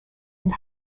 and